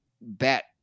bet